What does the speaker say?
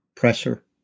pressure